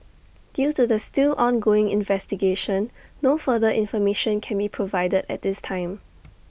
due to the still ongoing investigation no further information can be provided at this time